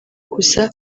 gusa